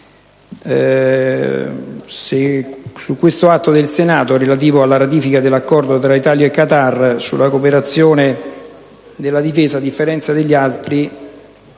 a questo Atto del Senato, relativo alla ratifica dell'Accordo tra Italia e Qatar sulla cooperazione nella difesa. L'Italia dei Valori